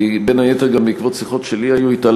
בין היתר גם בעקבות שיחות שלי היו אתה,